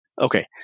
Okay